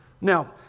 Now